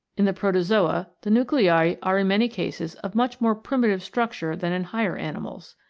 in the protozoa the nuclei are in many cases of much more primitive structure than in higher animals.